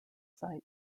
site